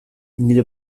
nire